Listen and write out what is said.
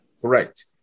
Correct